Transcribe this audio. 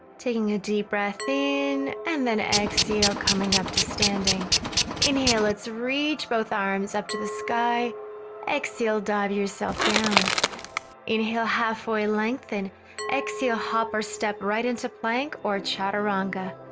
taking a deep breath in and then exhale coming up to standing inhale let's reach both arms up to the sky exhale dive yourself down inhale halfway lengthen exhale hopper step right into plank or chaturanga